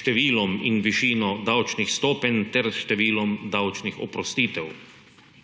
številom in višino davčnih stopenj ter številom davčnih oprostitev.